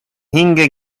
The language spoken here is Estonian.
hinge